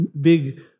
big